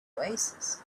oasis